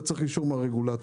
אתה צריך אישור מהרגולטור.